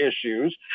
issues